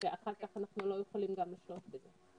שאחר כך אנחנו לא יכולים גם לשלוט בזה.